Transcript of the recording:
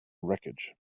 wreckage